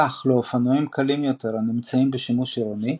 כך, לאופנועים קלים יותר הנמצאים בשימוש עירוני,